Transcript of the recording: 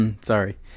Sorry